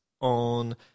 on